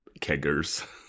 keggers